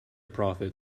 prophet